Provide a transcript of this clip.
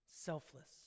selfless